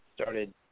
started